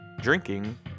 drinking